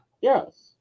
Yes